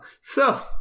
So-